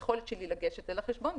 היכולת שלי לגשת לחשבון.